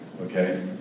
okay